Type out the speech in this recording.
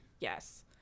Yes